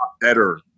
better